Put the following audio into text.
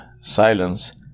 silence